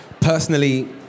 Personally